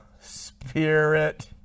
spirit